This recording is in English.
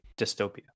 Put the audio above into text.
dystopia